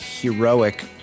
Heroic